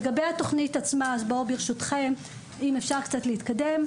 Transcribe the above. לגבי התוכנית עצמה, ברשותכם אם אפשר קצת להתקדם.